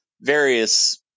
various